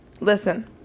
Listen